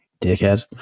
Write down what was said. dickhead